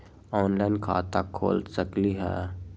Online खाता खोल सकलीह?